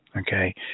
okay